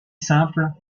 simple